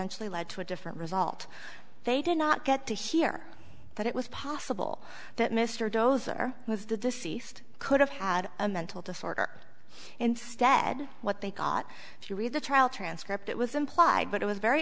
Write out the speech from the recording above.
actually lead to a different result they did not get to hear that it was possible that mr dozer was the deceased could have had a mental disorder instead what they got if you read the trial transcript it was implied but it was very